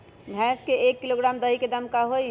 भैस के एक किलोग्राम दही के दाम का होई?